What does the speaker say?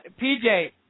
PJ